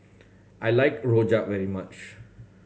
I like rojak very much